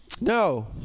No